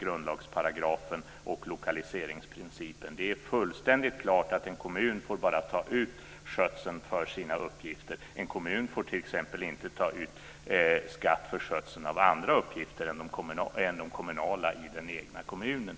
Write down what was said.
grundlagsparagrafen och lokaliseringsprincipen. Det är fullständigt klart att en kommun bara får ta ut skatt för skötseln av sina uppgifter. En kommun får t.ex. inte ta skatt för skötseln av andra uppgifter än de kommunala i den egna kommunen.